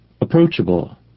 approachable